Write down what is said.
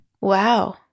Wow